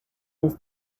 this